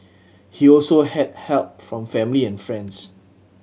he also had help from family and friends